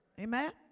Amen